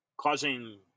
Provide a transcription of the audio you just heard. causing